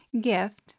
gift